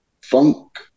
Funk